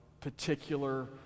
particular